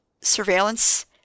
surveillance